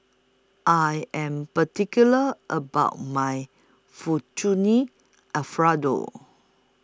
I Am particular about My Fettuccine Alfredo